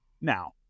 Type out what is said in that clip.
now